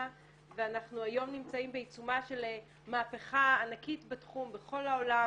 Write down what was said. ואנחנו היום נמצאים בעיצומה של מהפכה ענקית בתחום בכל העולם,